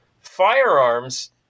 firearms